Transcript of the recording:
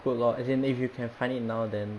good lor as in if you can find it now then